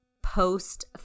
Post